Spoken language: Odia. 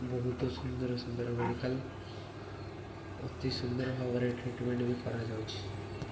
ବହୁତ ସୁନ୍ଦର ସୁନ୍ଦର ମେଡ଼ିକାଲ୍ ଅତି ସୁନ୍ଦର ଭାବରେ ଟ୍ରିଟ୍ମେଣ୍ଟ୍ ବି କରାଯାଉଛି